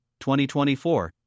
2024